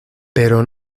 pero